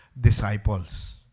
disciples